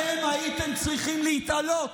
אתם הייתם צריכים להתעלות